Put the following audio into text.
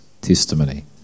testimony